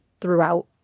throughout